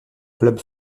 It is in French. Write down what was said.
club